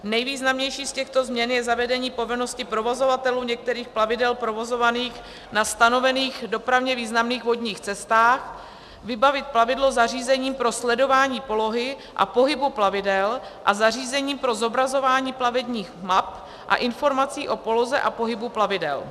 Nejvýznamnější z těchto změn je zavedení povinnosti provozovatelů některých plavidel provozovaných na stanovených dopravně významných vodních cestách vybavit plavidlo zařízením pro sledování polohy a pohybu plavidel a zařízením pro zobrazování plavebních map a informací o poloze a pohybu plavidel.